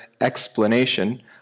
explanation